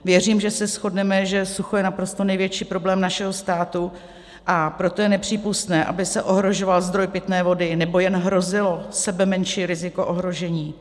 Věřím, že se shodneme, že sucho je naprosto největší problém našeho státu, a proto je nepřípustné, aby se ohrožoval zdroj pitné vody nebo jen hrozilo sebemenší riziko ohrožení.